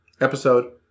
episode